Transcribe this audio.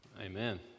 Amen